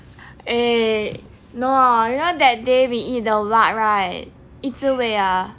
eh no you know that day we eat the what right 忆滋味 ah